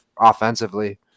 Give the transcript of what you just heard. offensively